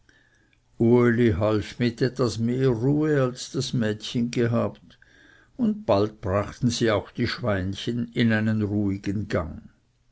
half mit etwas mehr ruhe als das mädchen gehabt und bald brachten sie auch die schweinchen in einen ruhigen gang